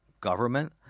government